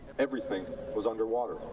everything was underwater.